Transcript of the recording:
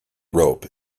rope